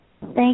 Thank